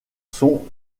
sont